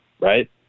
Right